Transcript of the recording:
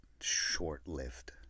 short-lived